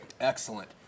Excellent